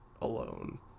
alone